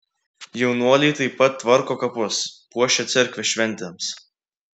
jaunuoliai taip pat tvarko kapus puošia cerkvę šventėms